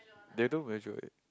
they don't measure it